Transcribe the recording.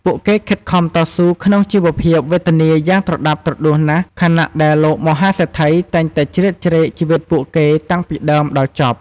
ពួកគេខិតខំតស៊ូក្នុងជីវភាពវេទនាយ៉ាងត្រដាបត្រដួសណាស់ខណៈ ដែលលោកមហាសេដ្ឋីតែងតែជ្រៀតជ្រែកជីវិតពួកគេតាំងពីដើមដល់ចប់។